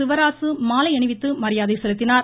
சிவராசு மாலை அணிவித்து மரியாதை செலுத்தினார்